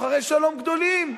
שוחרי שלום גדולים,